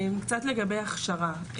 קצת לגבי הכשרה,